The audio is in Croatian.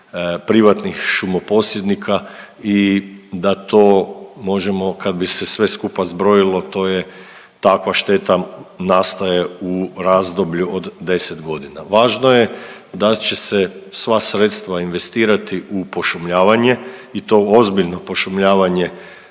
privatnih šumoposjednika i da to možemo, kad bi se sve skupa zbrojilo, to je takva šteta nastaje u razdoblju od 10 godina. Važno je da će se sva sredstva investirati u pošumljavanje i to ozbiljno pošumljavanje,